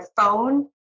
phone